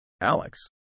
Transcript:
Alex